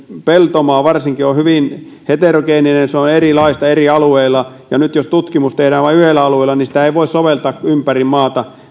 peltomaa on hyvin heterogeenistä se on erilaista eri alueilla niin nyt jos tutkimus tehdään vain yhdellä alueella niin sitä samaa tutkimustulosta ei voi soveltaa ympäri maata